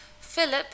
Philip